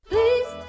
Please